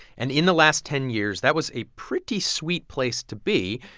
and in the last ten years, that was a pretty sweet place to be.